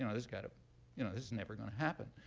you know this kind of you know this is never gonna happen.